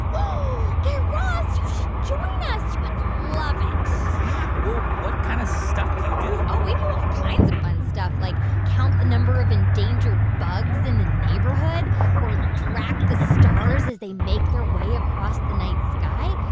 guy raz, you should join us. you would love it yeah, well, what kind of stuff do you do? oh, we do all kinds of fun stuff like count the number of endangered bugs in the neighborhood or track the stars as they make their way across the night sky.